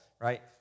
right